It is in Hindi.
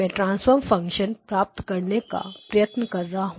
मैं ट्रांसफर फंक्शन प्राप्त करने का प्रयत्न करता हूं